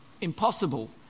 impossible